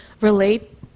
relate